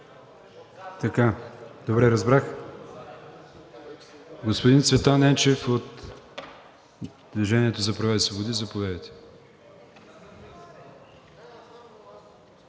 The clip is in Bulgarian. Добре, разбрах. Господин Цветан Енчев от „Движение за права и свободи“? Заповядайте,